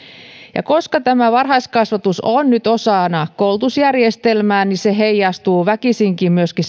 se että tämä varhaiskasvatus on nyt osana koulutusjärjestelmää heijastuu väkisinkin myöskin